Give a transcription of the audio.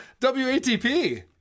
WATP